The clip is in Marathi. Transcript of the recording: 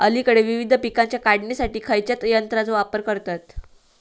अलीकडे विविध पीकांच्या काढणीसाठी खयाच्या यंत्राचो वापर करतत?